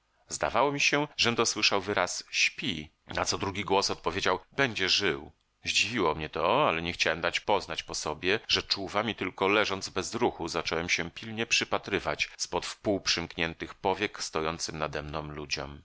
zdawało mi się żem dosłyszał wyraz śpi na co drugi głos odpowiedział będzie żył zdziwiło mnie to ale nie chciałem dać poznać po sobie że czuwam i tylko leżąc bez ruchu zacząłem się pilnie przypatrywać z pod wpół przymkniętych powiek stojącym nademną ludziom